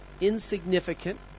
insignificant